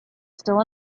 still